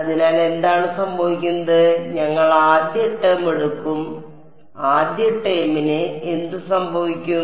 അതിനാൽ എന്താണ് സംഭവിക്കുന്നത് ഞങ്ങൾ ആദ്യ ടേം എടുക്കും ആദ്യ ടേമിന് എന്ത് സംഭവിക്കും